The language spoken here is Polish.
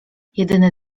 jedyny